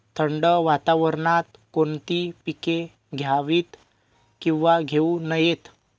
थंड वातावरणात कोणती पिके घ्यावीत? किंवा घेऊ नयेत?